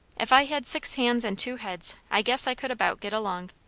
if i had six hands and two heads, i guess i could about get along.